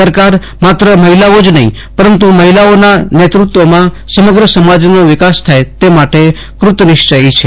સરકાર માત્ર મહિલાઓ જ નહીં પરંતુ મહિલાઓના નેતૃત્વમાં સમગ્ર સમાજનો વિકાસ થાય તે માટે કૂત નિશ્ચયી છે